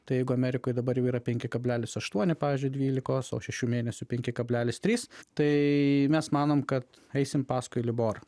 tai jeigu amerikoj dabar jau yra penki kablelis aštuoni pavyzdžiui dvylikos o šešių mėnesių penki kablelis trys tai mes manom kad eisim paskui liborą